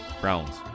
Browns